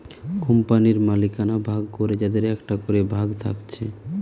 কোম্পানির মালিকানা ভাগ করে যাদের একটা করে ভাগ থাকছে